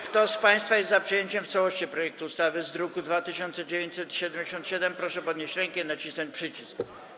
Kto z państwa jest za przyjęciem w całości projektu ustawy w brzmieniu z druku nr 2977, proszę podnieść rękę i nacisnąć przycisk.